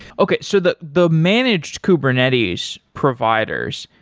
okay. so the the managed kubernetes providers,